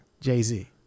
jay-z